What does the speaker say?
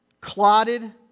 clotted